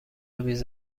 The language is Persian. میز